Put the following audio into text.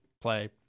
play